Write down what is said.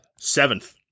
seventh